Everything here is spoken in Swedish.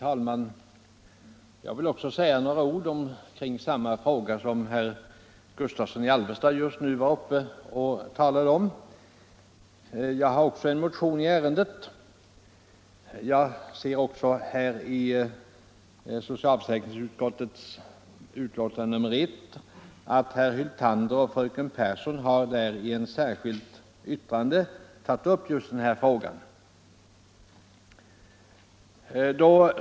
Herr talman! Jag vill säga några ord omkring samma fråga som herr Gustavsson i Alvesta nyss har talat om, eftersom jag också har väckt en motion i ärendet. Dessutom har herr Hyltander och fröken Pehrsson i ett särskilt yttrande tagit upp just den här frågan.